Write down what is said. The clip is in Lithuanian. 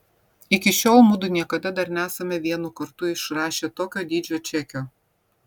iki šiol mudu niekada dar nesame vienu kartu išrašę tokio dydžio čekio